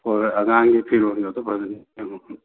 ꯍꯣꯏ ꯍꯣꯏ ꯑꯉꯥꯡꯒꯤ ꯐꯤꯔꯣꯟꯒꯗꯣ ꯐꯖꯥꯟꯅ ꯁꯦꯝꯃꯣ